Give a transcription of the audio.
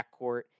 backcourt